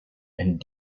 and